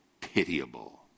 pitiable